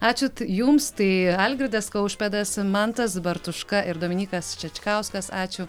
ačiū jums tai algirdas kaušpėdas mantas bartuška ir dominykas čečkauskas ačiū